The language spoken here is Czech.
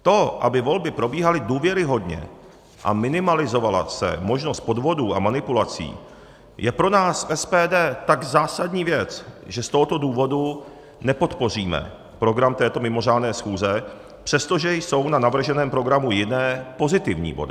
To, aby volby probíhaly důvěryhodně a minimalizovala se možnost podvodů a manipulací, je pro nás, SPD, tak zásadní věc, že z tohoto důvodu nepodpoříme program této mimořádné schůze, přestože jsou na navrženém programu jiné, pozitivní body.